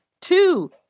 two